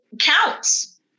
Counts